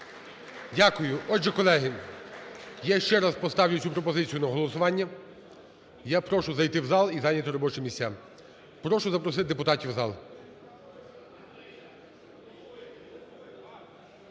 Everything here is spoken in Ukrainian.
Дякую. Отже, колеги, я ще раз поставлю цю пропозицію на голосування. Я прошу зайти в зал і зайняти робочі місця, прошу запросити депутатів в зал.